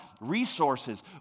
resources